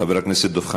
חבר הכנסת דב חנין,